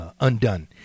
undone